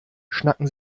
schnacken